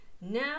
Now